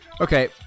Okay